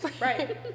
right